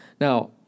Now